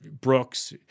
Brooks